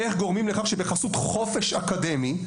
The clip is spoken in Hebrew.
איך גורמים לכך שבחסות חופש אקדמי,